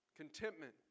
Contentment